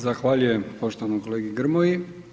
Zahvaljujem poštovanom kolegi Grmoji.